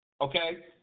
okay